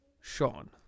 Sean